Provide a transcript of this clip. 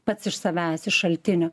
pats iš savęs iš šaltinio